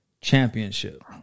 championship